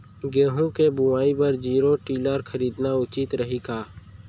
गेहूँ के बुवाई बर जीरो टिलर खरीदना उचित रही का?